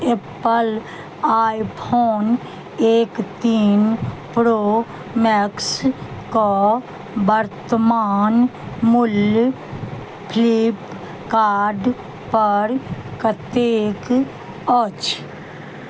Apple iPhone एक तीन pro max कऽ वर्तमान मूल्य फ्लिपकार्ड पर कतेक अछि